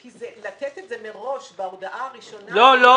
כי לתת את זה מראש בהודעה הראשונה -- לא, לא.